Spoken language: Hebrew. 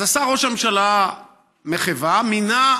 אז עשה ראש הממשלה מחווה ומינה,